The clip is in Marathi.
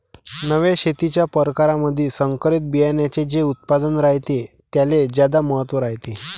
नव्या शेतीच्या परकारामंधी संकरित बियान्याचे जे उत्पादन रायते त्याले ज्यादा महत्त्व रायते